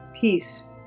peace